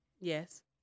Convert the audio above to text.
Yes